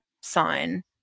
sign